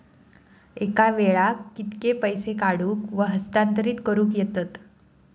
एका वेळाक कित्के पैसे काढूक व हस्तांतरित करूक येतत?